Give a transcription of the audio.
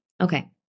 Okay